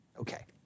Okay